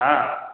ହଁ